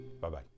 Bye-bye